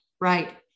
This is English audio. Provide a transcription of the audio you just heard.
right